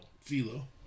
Philo